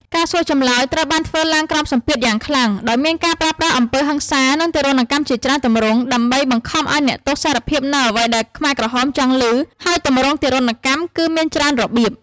ការសួរចម្លើយត្រូវបានធ្វើឡើងក្រោមសម្ពាធយ៉ាងខ្លាំង ដោយមានការប្រើប្រាស់អំពើហិង្សា និងទារុណកម្មជាច្រើនទម្រង់ ដើម្បីបង្ខំឱ្យអ្នកទោសសារភាពនូវអ្វីដែលខ្មែរក្រហមចង់ឮ ហើយទម្រង់ទារុណកម្មគឺមានច្រើនរបៀប។